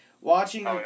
watching